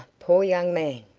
poor young man!